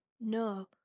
no